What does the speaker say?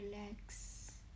relax